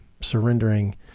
surrendering